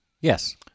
Yes